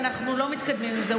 אנחנו לא מתקדמים עם זה.